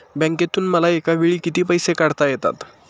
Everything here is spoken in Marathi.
बँकेतून मला एकावेळी किती पैसे काढता येतात?